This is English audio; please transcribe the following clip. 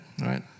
right